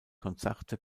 konzerte